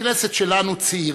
הכנסת שלנו צעירה,